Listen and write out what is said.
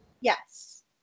Yes